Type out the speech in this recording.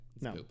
No